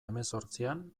hemezortzian